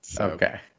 Okay